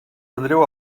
andreu